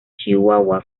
chihuahua